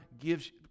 gives